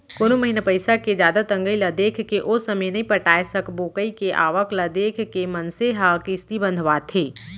कोनो महिना पइसा के जादा तंगई ल देखके ओ समे नइ पटाय सकबो कइके आवक ल देख के मनसे ह किस्ती बंधवाथे